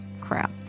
crap